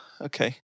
okay